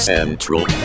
Central